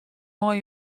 mei